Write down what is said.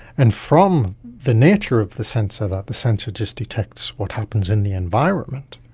and from the nature of the sensor that the sensor just detects what happens in the environment,